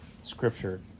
scripture